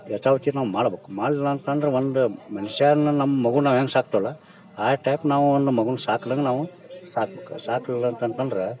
ಯಥಾವತ್ತು ನಾವು ಮಾಡ್ಬೇಕು ಮಾಡಲಿಲ್ಲ ಅಂತಂದ್ರೆ ಒಂದು ಮನ್ಷ್ಯನ್ನ ನಮ್ಮ ಮಗು ನಾವು ಹೆಂಗ್ ಸಾಕ್ತೇವಲ್ವ ಆ ಟೈಪ್ ನಾವು ಒಂದು ಮಗುನ್ನು ಸಾಕ್ದಂಗೆ ನಾವು ಸಾಕ್ಬೇಕು ಸಾಕಲಿಲ್ಲ ಅಂತಂದ್ ಅಂದ್ರೆ